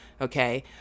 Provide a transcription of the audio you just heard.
Okay